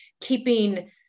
keeping